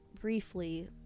briefly